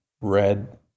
red